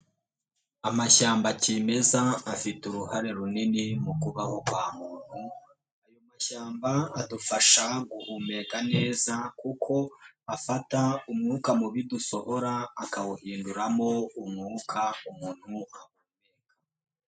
Amashyamba kimeza afite uruhare runini mu kubaho kwa muntu. Amashyamba adufasha guhumeka neza kuko afata umwuka mubi dusohora akawuhinduramo umwuka umuntu.